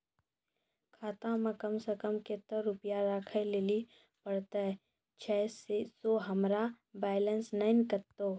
खाता मे कम सें कम कत्ते रुपैया राखै लेली परतै, छै सें हमरो बैलेंस नैन कतो?